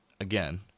again